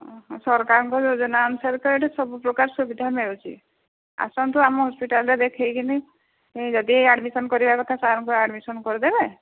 ଓ ହଁ ସରକାରଙ୍କ ଯୋଜନା ଅନୁସାରେ ତ ଏଠି ସବୁ ପ୍ରକାର ସୁବିଧା ମିଳୁଛି ଆସନ୍ତୁ ଆମ ହସ୍ପିଟାଲ୍ରେ ଦେଖେଇକିରି ଯଦି ଆଡମିସନ୍ କରିବା କଥା ସାର୍ଙ୍କୁ ଆଡମିସନ୍ କରିଦେବେ